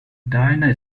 diana